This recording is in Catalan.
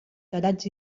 tarats